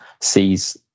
sees